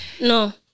no